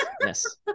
Yes